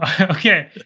Okay